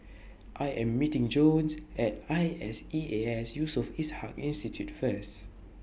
I Am meeting Jones At I S E A S Yusof Ishak Institute First